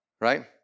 Right